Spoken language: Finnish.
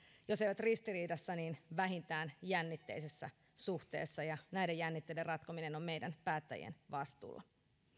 jos eivät ristiriidassa niin vähintään jännitteisessä suhteessa ja näiden jännitteiden ratkominen on meidän päättäjien vastuulla